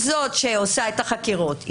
היא זאת שעושה את החקירות,